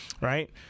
right